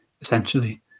essentially